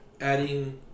adding